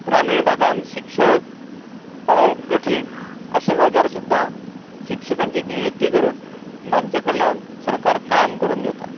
ग्रामीण भागांत शिक्षक पावप कठीण अश्या जाग्यार सुद्दां शिक्षकांची निवृत्ती करून तांचे कडल्यान सरकार काम करून घेता